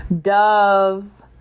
Dove